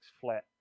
flat